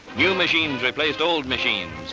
new machines replaced old machines.